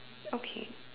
okay